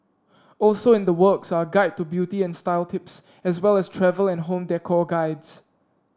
also in the works are a guide to beauty and style tips as well as travell and home decor guides